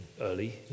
early